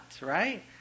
right